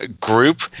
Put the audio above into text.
group